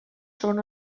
són